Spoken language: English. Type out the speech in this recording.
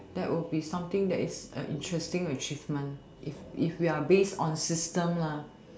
that will be something that is a interesting achievement if if we are based on system lah